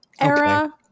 era